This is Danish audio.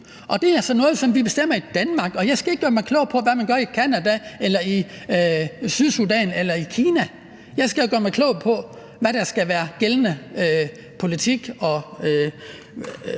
altså noget, vi bestemmer i Danmark. Jeg skal ikke gøre mig klog på, hvad man gør i Canada, i Sydsudan eller i Kina. Jeg skal gøre mig klog på, hvad der skal være gældende politik og